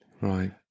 Right